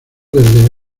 desde